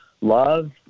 Love